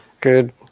good